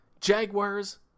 Jaguars